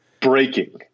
breaking